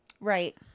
Right